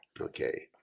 Okay